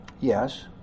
Yes